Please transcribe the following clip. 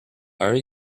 are